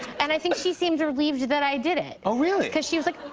and i think she seemed relieved that i did it. oh, really? because she was like,